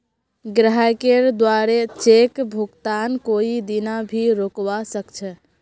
ग्राहकेर द्वारे चेक भुगतानक कोई दीना भी रोकवा सख छ